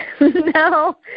No